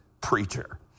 preacher